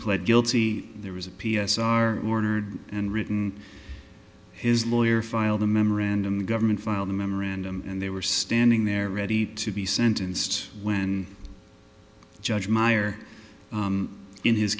pled guilty there was a p s r ordered and written his lawyer filed a memorandum the government filed a memorandum and they were standing there ready to be sentenced when judge meyer in his